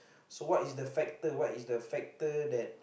so what is the factor what is the factor that